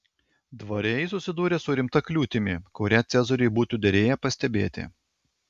dvare ji susidūrė su rimta kliūtimi kurią cezariui būtų derėję pastebėti